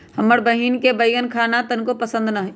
हमर बहिन के बईगन खाना तनको पसंद न हई